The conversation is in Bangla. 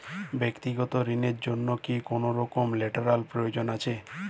ব্যাক্তিগত ঋণ র জন্য কি কোনরকম লেটেরাল প্রয়োজন আছে?